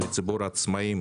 לציבור העצמאים,